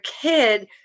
kid